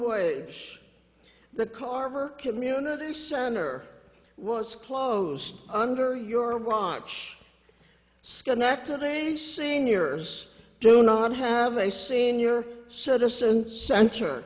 wage the carver community center was closed under your rock which schenectady seniors do not have a senior citizen cent